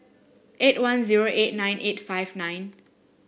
eight one zero eight nine eight five nine